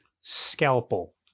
scalpel